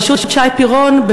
בראשות שי פירון,